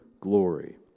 glory